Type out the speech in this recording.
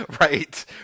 Right